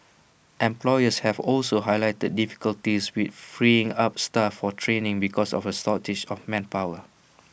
employers have also highlighted difficulties with freeing up staff for training because of A of manpower